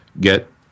get